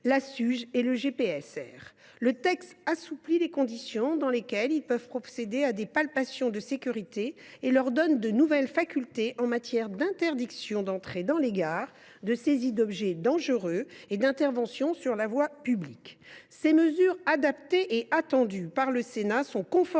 des réseaux (GPSR). Le texte assouplit les conditions dans lesquelles ils peuvent procéder à des palpations de sécurité et leur donne de nouvelles facultés en matière d’interdiction d’entrée dans les gares, de saisie d’objets dangereux et d’intervention sur la voie publique. Ces mesures, adoptées par le Sénat, sont confortées,